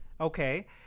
Okay